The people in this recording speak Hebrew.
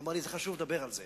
אמרה לי שחשוב לדבר על זה.